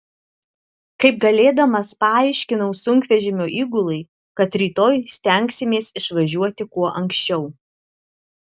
kaip galėdamas paaiškinau sunkvežimio įgulai kad rytoj stengsimės išvažiuoti kuo anksčiau